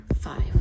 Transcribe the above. five